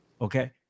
okay